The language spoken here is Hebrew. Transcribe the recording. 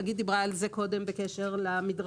חגית דיברה על זה קודם בקשר למדרכות.